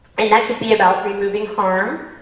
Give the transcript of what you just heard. and that could be about removing harm,